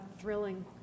thrilling